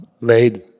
laid